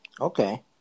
Okay